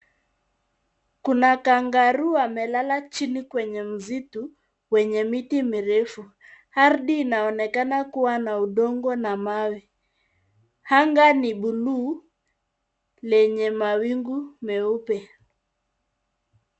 Kuna kangaruu amelala chini kwenye mzitu wenye miti mirefu. Hardi inaonekana kuwa na udongo na mawe. Anga ni buluu lenye mawingu meupe.